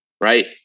Right